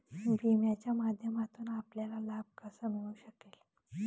विम्याच्या माध्यमातून आपल्याला लाभ कसा मिळू शकेल?